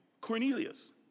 Cornelius